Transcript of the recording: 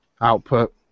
output